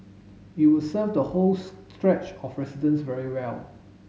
it will serve the whole stretch of residents very well